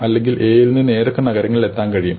അല്ലെങ്കിൽ എയിൽ നിന്ന് ഏതൊക്കെ നഗരങ്ങളിൽ എത്താൻ കഴിയും